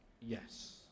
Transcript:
yes